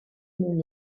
mon